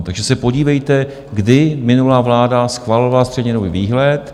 Takže se podívejte, kdy minulá vláda schvalovala střednědobý výhled.